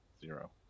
zero